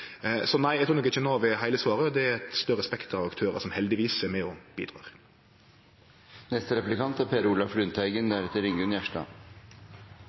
Så nei, eg trur nok ikkje Nav er heile svaret, det er eit større spekter av aktørar som heldigvis er med og